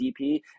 DP